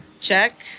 Check